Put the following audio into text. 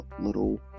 little